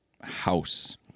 house